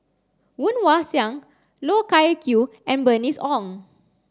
Woon Wah Siang Loh Wai Kiew and Bernice Ong